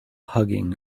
hugging